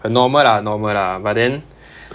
很 normal lah normal lah but then